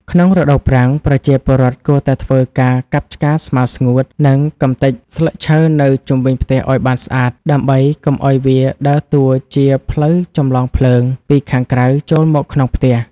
ក្នុងរដូវប្រាំង ប្រជាពលរដ្ឋគួរតែធ្វើការកាប់ឆ្ការស្មៅស្ងួត និងកម្ទេចស្លឹកឈើនៅជុំវិញផ្ទះឱ្យបានស្អាត ដើម្បីកុំឱ្យវាដើរតួជា ផ្លូវចម្លងភ្លើង ពីខាងក្រៅចូលមកក្នុងផ្ទះ។